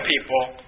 people